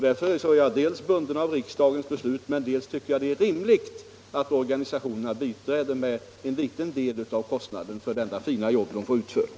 Dels är jag alltså bunden av riksdagens beslut, dels tycker jag också att det är rimligt att organisationerna biträder med en liten del av kostnaderna för det fina jobb som de får utfört.